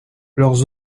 leurs